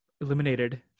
eliminated